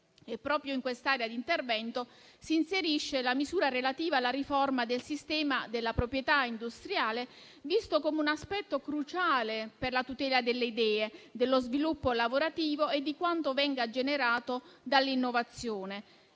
Proprio in quest'area di intervento si inserisce la misura relativa alla riforma del sistema della proprietà industriale, vista come un aspetto cruciale per la tutela delle idee, dello sviluppo lavorativo e di quanto venga generato dall'innovazione